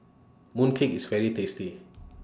Mooncake IS very tasty